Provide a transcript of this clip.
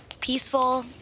peaceful